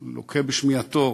הוא לוקה בשמיעתו,